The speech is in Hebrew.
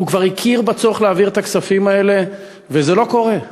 הוא כבר הכיר בצורך להעביר את הכספים האלה וזה לא קורה,